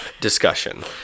discussion